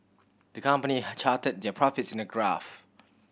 the company charted their profits in a graph